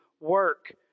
work